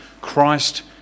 Christ